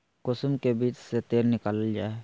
कुसुम के बीज से तेल निकालल जा हइ